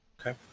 Okay